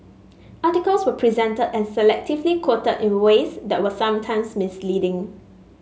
articles were presented and selectively quoted in ways that were sometimes misleading